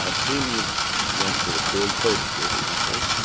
ah sims went to the court, he pleaded guilty naturally,